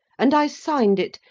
and i signed it,